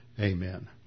Amen